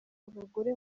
abagore